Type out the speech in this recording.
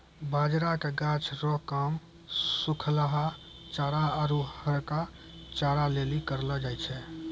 बाजरा के गाछ रो काम सुखलहा चारा आरु हरका चारा लेली करलौ जाय छै